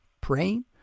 praying